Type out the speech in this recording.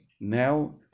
now